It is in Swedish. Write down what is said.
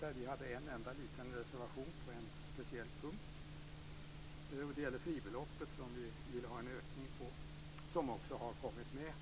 Vi hade en enda liten reservation på en speciell punkt, och den gällde fribeloppet, där vi ville ha en ökning, som nu också har blivit medtagen.